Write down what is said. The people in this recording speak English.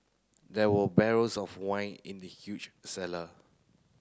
there were barrels of wine in the huge cellar